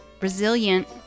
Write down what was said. resilient